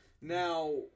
Now